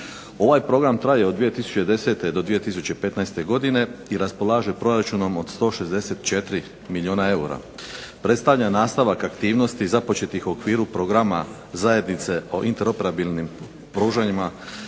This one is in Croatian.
Ovaj program traje od 2010. do 2015. godine i raspolaže proračunom od 164 milijuna eura. Predstavlja nastavak aktivnosti započetih u okviru Programa Zajednice o interoperabilnim pružanjima